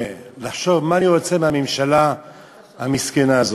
לחשוב מה אני רוצה מהממשלה המסכנה הזאת,